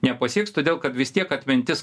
nepasieks todėl kad vis tiek atmintis